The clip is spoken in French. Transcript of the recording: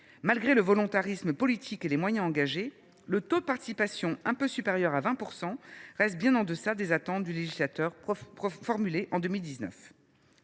Malgré le volontarisme politique et les moyens engagés, le taux de participation des détenus – un peu supérieur à 20 %– est resté bien en deçà des attentes du législateur formulées en 2019.